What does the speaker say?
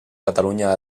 catalunya